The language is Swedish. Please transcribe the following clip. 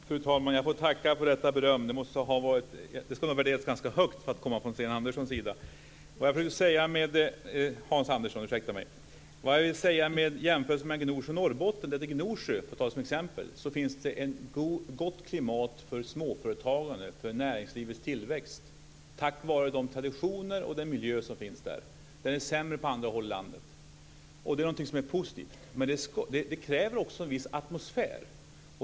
Fru talman! Jag får tacka för detta beröm. Det ska nog värderas ganska högt eftersom det kommer från Vad jag vill säga med jämförelsen mellan Gnosjö och Norrbotten är att i Gnosjö, för att ta ett exempel, finns det ett gott klimat för småföretagande och för näringslivets tillväxt tack vare de traditioner och den miljö som finns där. Detta är sämre på andra håll i landet. Det är någonting som är positivt, men det kräver också en viss atmosfär.